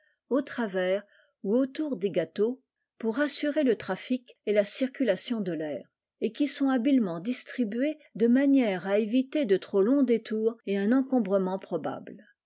au tra vers ou autour des gâteaux pour assurer le trafic et la circulation de tair et qui sont habilement distribués de manière à éviter de trop longs détours ou un encombrement probable